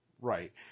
Right